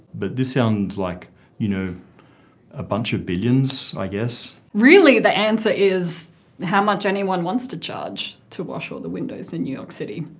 but this sounds like you know a bunch of billions, i guess. really, the answer is how much anyone wants to charge to wash all the windows in new york city.